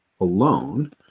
alone